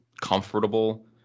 comfortable